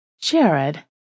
Jared